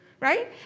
Right